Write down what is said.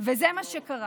וזה מה שקרה.